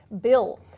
bill